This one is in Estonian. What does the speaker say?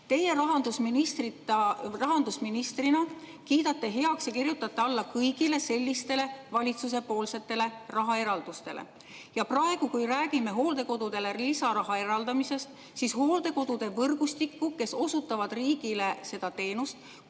Teie rahandusministrina kiidate heaks ja kirjutate alla kõigile sellistele valitsuse rahaeraldustele. Praegu, kui me räägime hooldekodudele lisaraha eraldamisest, siis hooldekodude võrgustikku, kes osutavad riigile seda teenust,